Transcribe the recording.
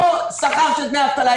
לא שכר של דמי אבטלה,